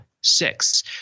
six